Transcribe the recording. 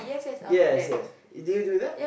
yes yes did you do that